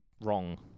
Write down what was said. wrong